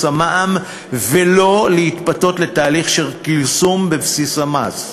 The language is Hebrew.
המע"מ ולא להתפתות לתהליך של כרסום בבסיס המס.